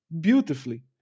beautifully